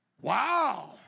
Wow